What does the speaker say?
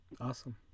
Awesome